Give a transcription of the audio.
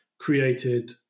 created